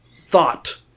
thought